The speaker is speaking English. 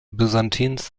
byzantines